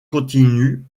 continue